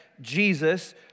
Jesus